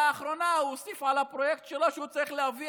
ולאחרונה הוא הוסיף על הפרויקט שלו שהוא צריך להביא